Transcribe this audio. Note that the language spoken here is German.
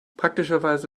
praktischerweise